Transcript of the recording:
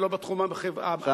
ולא בתחום הביטחוני,